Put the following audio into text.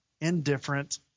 Indifferent